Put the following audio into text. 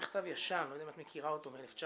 מכתב ישן, אני לא יודע אם את מכירה אותו, מ-1997.